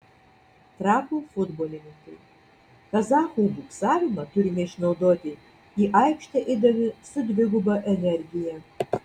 trakų futbolininkai kazachų buksavimą turime išnaudoti į aikštę eidami su dviguba energija